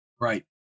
right